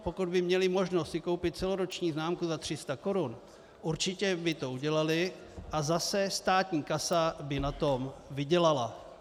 Pokud by měli možnost si koupit celoroční známku za 300 korun, určitě by to udělali a zase státní kasa by na tom vydělala.